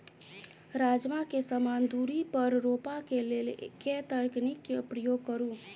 राजमा केँ समान दूरी पर रोपा केँ लेल केँ तकनीक केँ प्रयोग करू?